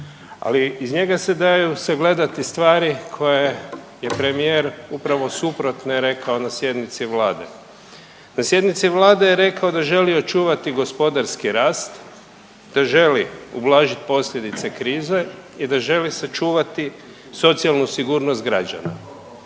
Ali iz njega se daju sagledati stvari koje je premijer upravo suprotno rekao na sjednici Vlade. Na sjednici Vlade je rekao da želi očuvati gospodarski rast, da želi ublažiti posljedice krize i da želi sačuvati socijalnu sigurnost građana.